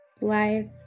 life